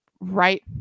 right